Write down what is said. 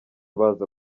baza